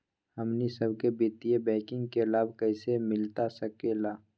हमनी सबके वित्तीय बैंकिंग के लाभ कैसे मिलता सके ला?